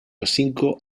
hocico